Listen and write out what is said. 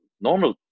normal